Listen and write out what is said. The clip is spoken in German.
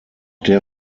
der